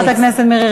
חברת הכנסת מירי רגב,